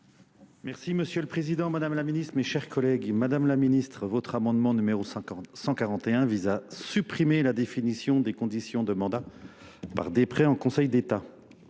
Merci Monsieur le Président, Madame la Ministre, Mes chers collègues, Madame la Ministre, votre amendement n°141 visa supprimer la définition des conditions de mandat par dépré en Conseil d'État.